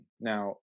Now